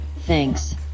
Thanks